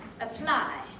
apply